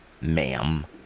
ma'am